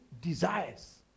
desires